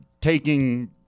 taking –